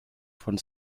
von